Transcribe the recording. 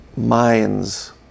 Minds